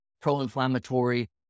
pro-inflammatory